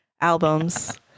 albums